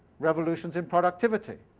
revolutions in productivity.